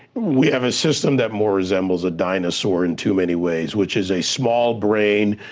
we have a system that more resembles a dinosaur in too many ways, which is a small-brained,